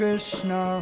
Krishna